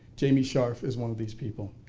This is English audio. jamie scharf is one of these people.